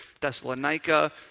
Thessalonica